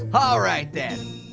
ah right then.